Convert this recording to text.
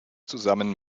zusammen